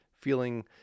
feeling